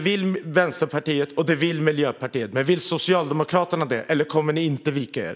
Vänsterpartiet och Miljöpartiet vill det. Vill Socialdemokraterna det? Kommer ni att vika er?